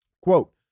Quote